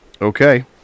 Okay